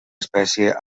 espècie